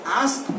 ask